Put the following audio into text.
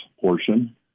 portion